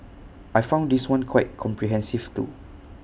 I found this one quite comprehensive too